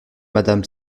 madame